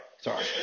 sorry